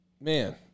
man